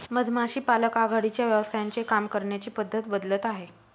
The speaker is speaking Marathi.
मधमाशी पालक आघाडीच्या व्यवसायांचे काम करण्याची पद्धत बदलत आहे